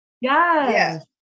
Yes